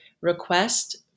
request